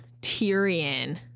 Tyrion